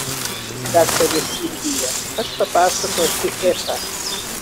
jums daktare silvija aš papasakosiu epą